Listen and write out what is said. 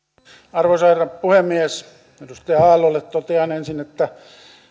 arvoisa herra puhemies edustaja aallolle totean ensin että